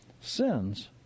Sins